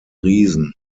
riesen